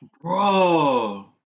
Bro